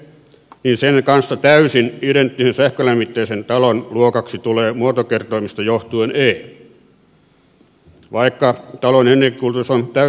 c niin sen kanssa täysin identtisen sähkölämmitteisen talon luokaksi tulee muotokertoimista johtuen e vaikka talon energiankulutus on täysin sama